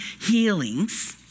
healings